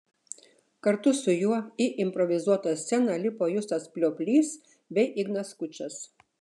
kartu su juo į improvizuotą sceną lipo justas plioplys bei ignas skučas